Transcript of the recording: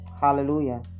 Hallelujah